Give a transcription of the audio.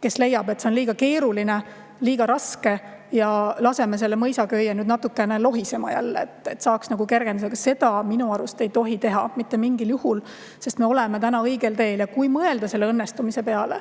kes leiab, et see on liiga keeruline, liiga raske ja laseme selle mõisa köie nüüd jälle natukene lohisema, et saaks nagu kergendust. Seda minu arust ei tohi teha mitte mingil juhul, sest me oleme täna õigel teel. Kui mõelda õnnestumise peale,